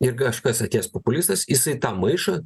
ir kažkas atėjęs populistas jisai tą maišą